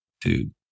dude